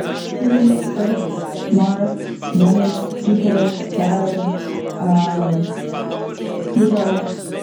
ערט, מארס, ווענעס, דזשופעדער, סעטערן, פלודו.